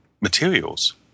materials